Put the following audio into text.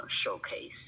showcase